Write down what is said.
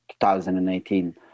2018